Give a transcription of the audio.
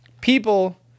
People